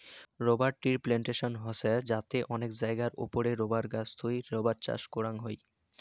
rubber ট্রির plantation হসে যাতে অনেক জায়গার ওপরে রাবার গাছ থুই রাবার চাষ করাং হই